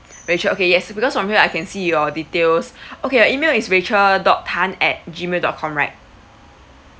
rachel okay yes because from here I can see your details okay your email is rachel dot tan at gmail dot com right